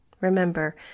Remember